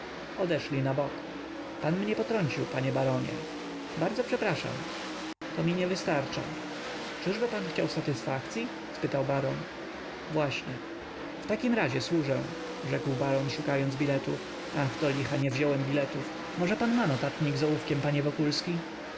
odeszli na bok pan mnie potrącił panie baronie bardzo przepraszam to mi nie wystarcza czyżby pan chciał satysfakcyi spytał baron właśnie w takim razie służę rzekł baron szukając biletu ach do licha nie wziąłem biletów może pan ma notatnik z ołówkiem panie wokulski